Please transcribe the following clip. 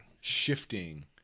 shifting